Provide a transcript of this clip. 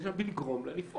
אלא כדי לגרום לה לפעול.